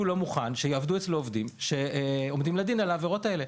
ושהוא לא מוכן שיעבדו אצלו עובדים שעומדים לדין על העבירות האלה.